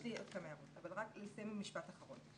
יש לי עוד כמה הערות אבל קודם רק לסיים את המשפט האחרון.